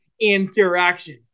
Interaction